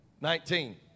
Nineteen